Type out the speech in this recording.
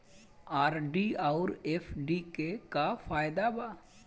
RD आउर FD के का फायदा बा?